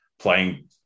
playing